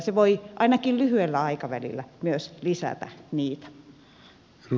se voi ainakin lyhyellä aikavälillä myös lisätä niitä